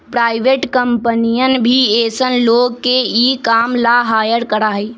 private कम्पनियन भी ऐसन लोग के ई काम ला हायर करा हई